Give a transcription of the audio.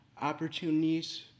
opportunities